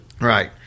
Right